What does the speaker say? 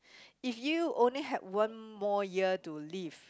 if you only had one more year to live